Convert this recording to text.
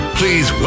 please